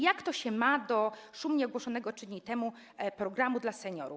Jak to się ma do szumnie ogłoszonego 3 dni temu programu dla seniorów?